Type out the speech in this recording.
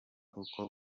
uko